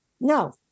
No